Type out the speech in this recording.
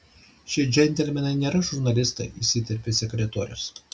šie džentelmenai nėra žurnalistai įsiterpė sekretorius